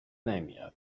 نمیاد